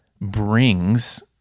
brings